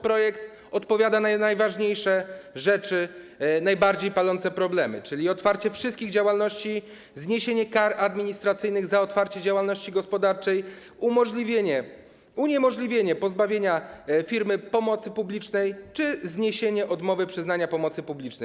Projekt odpowiada na najważniejsze rzeczy, najbardziej palące problemy: otwarcie wszystkich działalności, zniesienie kar administracyjnych za otwarcie działalności gospodarczej, uniemożliwienie pozbawienia firmy pomocy publicznej czy zniesienie odmowy przyznania pomocy publicznej.